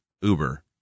Uber